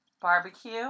barbecue